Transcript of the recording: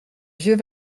vieux